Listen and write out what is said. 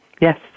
Yes